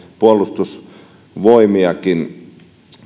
puolustusvoimiakin